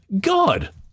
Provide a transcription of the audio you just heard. God